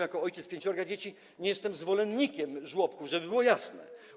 Jako ojciec pięciorga dzieci nie jestem zwolennikiem żłobków, żeby było jasne.